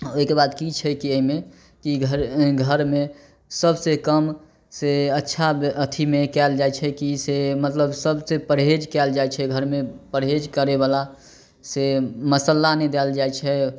ओहिके बाद की छै कि एहिमे कि घर घरमे सबसे कम से अच्छा अथीमे कयल जाई छै कि से मतलब सबसे परहेज कयल जाइ छै घरमे परहेज करे बला से मसल्ला नहि देल जाइ छै